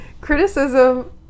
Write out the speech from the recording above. Criticism